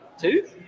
two